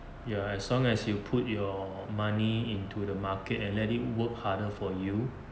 ya as long as you put your money into the market and let it work harder for you